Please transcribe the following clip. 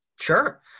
Sure